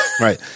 Right